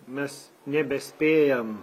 mes nebespėjam